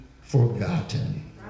forgotten